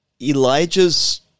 Elijah's